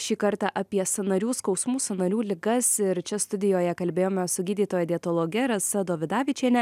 šį kartą apie sąnarių skausmų sąnarių ligas ir čia studijoje kalbėjome su gydytoja dietologe rasa dovidavičiene